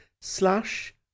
slash